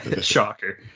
Shocker